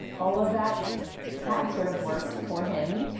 all of that had sort of worked for him.